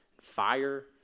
fire